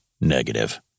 negative